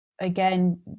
again